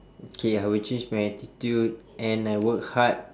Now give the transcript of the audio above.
okay I will change my attitude and I work hard